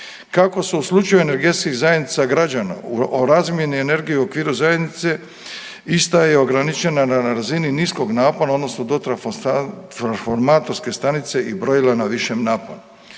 Kako su u slučaju energetskih zajednica građana o razmjeni energije u okviru zajednice, ista je ograničena na razini niskog napona odnosno transformatorske stanica i brojila na višem naponu.